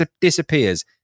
disappears